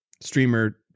Streamer